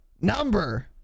number